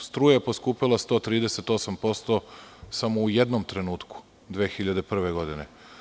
Struja je poskupela 138% samo u jednom trenutku – 2001. godine.